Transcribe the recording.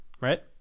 Right